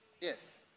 Yes